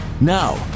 Now